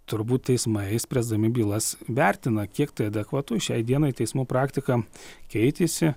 turbūt teismai spręsdami bylas vertina kiek tai adekvatu šiai dienai teismų praktika keitėsi